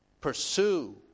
Pursue